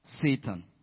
Satan